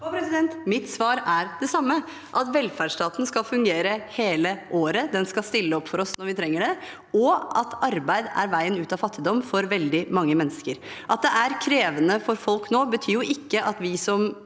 mitt svar er det samme, at velferdsstaten skal fungere hele året. Den skal stille opp for oss når vi trenger det, og arbeid er veien ut av fattigdom for veldig mange mennesker. At det er krevende for folk nå, betyr ikke at vi som